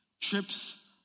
trips